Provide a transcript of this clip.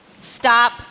stop